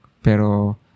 Pero